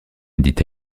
dit